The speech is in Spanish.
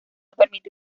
permite